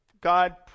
God